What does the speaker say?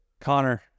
Connor